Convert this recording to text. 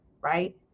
right